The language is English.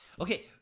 Okay